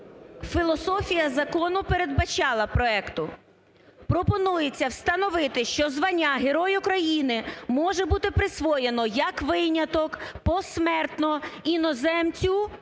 Філософія закону передбачала, проекту: пропонується встановити, що звання Герой України може бути присвоєно як виняток, посмертно, іноземцю